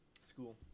school